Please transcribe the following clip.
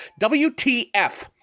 WTF